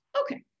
Okay